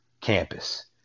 campus